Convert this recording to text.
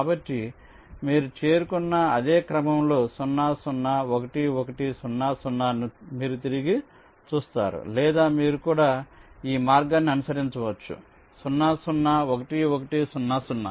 కాబట్టి మీరు చేరుకున్న అదే క్రమంలో 0 0 1 1 0 0 ను మీరు తిరిగి చూస్తారు లేదా మీరు కూడా ఈ మార్గాన్ని అనుసరించవచ్చు 0 0 1 1 0 0